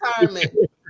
retirement